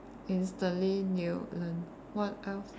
instantly new learn what else